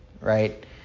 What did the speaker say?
right